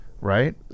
right